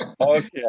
okay